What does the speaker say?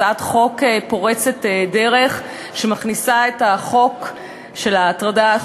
הצעת חוק פורצת דרך שמכניסה את החוק של ההטרדה,